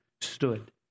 stood